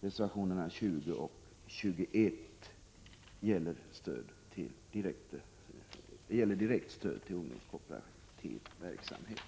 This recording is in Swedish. Reservationerna 20 och 21 gäller direktstöd till ungdomskooperativ verksamhet.